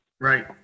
Right